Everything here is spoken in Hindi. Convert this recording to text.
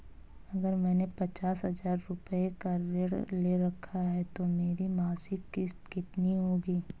अगर मैंने पचास हज़ार रूपये का ऋण ले रखा है तो मेरी मासिक किश्त कितनी होगी?